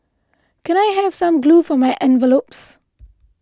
can I have some glue for my envelopes